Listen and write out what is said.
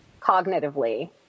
cognitively